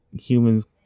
humans